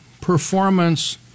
performance